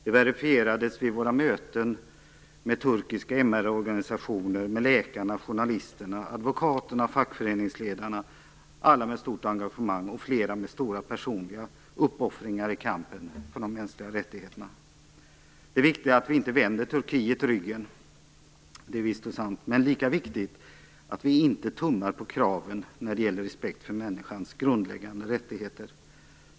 Det verifierades vid våra möten med turkiska MR-organisationer, med läkarna, journalisterna, advokaterna och fackföreningsledarna, alla med stort engagemang, flera med stora personliga uppoffringar i kampen för de mänskliga rättigheterna. Det viktiga är att vi inte vänder Turkiet ryggen. Det är visst och sant. Men lika viktigt är att vi inte tummar på kraven när det gäller respekt för människans grundläggande rättigheter.